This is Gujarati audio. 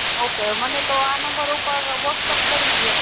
ઓકે મને તો આ નંબર ઉપર વોટ્સેપ કરી દ્યો